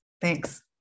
Thanks